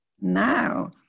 Now